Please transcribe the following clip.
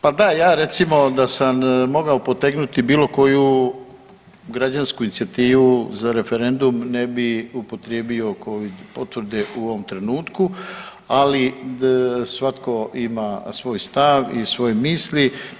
Pa da, ja recimo da sam mogao potegnuti bilo koju građansku inicijativu za referendum ne bih upotrijebio covid potvrde u ovom trenutku, ali svatko ima svoj stav i svoje misli.